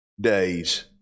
days